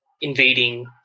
invading